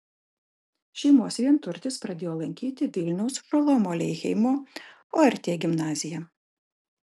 šeimos vienturtis pradėjo lankyti vilniaus šolomo aleichemo ort gimnaziją